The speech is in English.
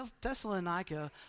Thessalonica